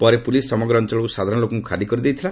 ପରେ ପୁଲିସ୍ ସମଗ୍ର ଅଞ୍ଚଳରୁ ସାଧାରଣ ଲୋକମାନଙ୍କୁ ଖାଲି କରିଦେଇଥିଲା